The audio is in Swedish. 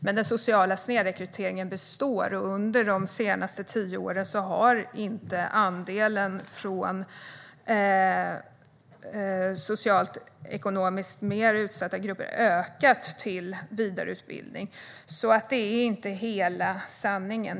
Men den sociala snedrekryteringen består, och under de senaste tio åren har inte andelen från socialt och ekonomiskt mer utsatta grupper till vidareutbildning ökat. Det är alltså inte hela sanningen.